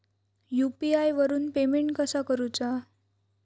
UPI वरून payment कसा करूचा?